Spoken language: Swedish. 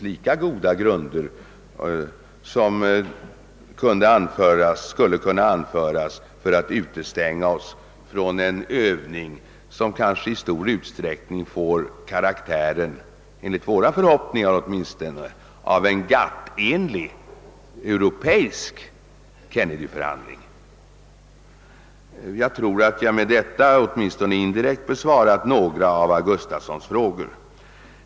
Lika goda grunder hade kunnat anföras för en sådan ståndpunkt som för att utestänga oss från en övning som kanske i stor utsträckning — åtminstone enligt våra förhoppningar — får karaktären av en GATT-enlig europeisk Kennedyförhandling. Jag tror att jag med vad jag nu sagt i varje fall indirekt besvarat några av herr Gustafsons i Göteborg frågor.